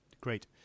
Great